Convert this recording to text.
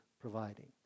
providing